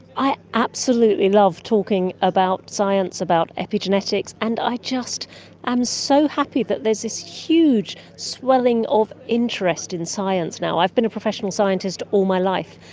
i absolutely love talking about science, about epigenetics, and i just am so happy that there's this huge swelling of interest in science now. i've been a professional scientist all my life,